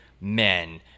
men